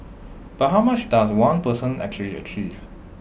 but how much does one person actually achieve